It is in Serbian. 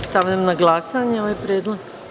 Stavljam na glasanje ovaj predlog.